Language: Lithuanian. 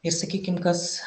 ir sakykim kas